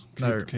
No